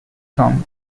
song